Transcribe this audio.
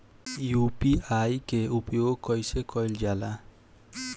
UPI के उपयोग कइसे कइल जाला?